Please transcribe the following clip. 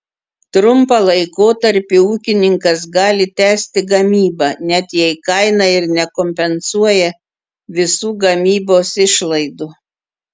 trumpą laikotarpį ūkininkas gali tęsti gamybą net jei kaina ir nekompensuoja visų gamybos išlaidų